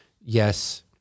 yes